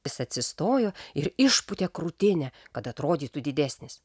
jis atsistojo ir išpūtė krūtinę kad atrodytų didesnis